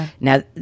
Now